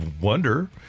wonder